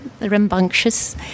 rambunctious